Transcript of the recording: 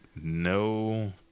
no